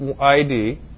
ID